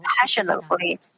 passionately